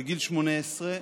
בגיל 18,